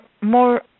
more